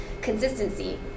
consistency